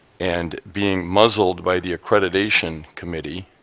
and being muzzled by the accreditation committee,